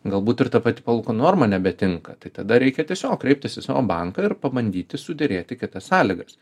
galbūt ir ta pati palūkanų norma nebetinka tai tada reikia tiesiog kreiptis į savo banką ir pabandyti suderėti kitas sąlygas